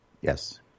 Yes